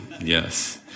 yes